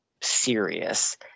serious